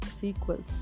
sequels